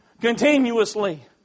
Continuously